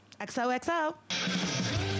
xoxo